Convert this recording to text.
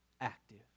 active